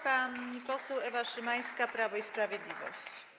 Pani poseł Ewa Szymańska, Prawo i Sprawiedliwość.